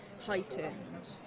heightened